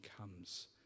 comes